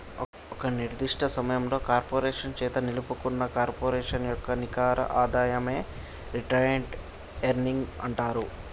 ఒక నిర్దిష్ట సమయంలో కార్పొరేషన్ చేత నిలుపుకున్న కార్పొరేషన్ యొక్క నికర ఆదాయమే రిటైన్డ్ ఎర్నింగ్స్ అంటరు